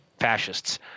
fascists